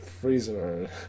freezer